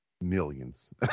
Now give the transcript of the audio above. millions